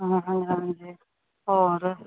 ਹਾਂ ਹਾਂ ਹਾਂਜੀ ਹੋਰ